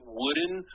wooden